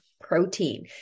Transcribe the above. protein